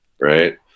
right